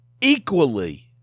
equally